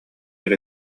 эрэ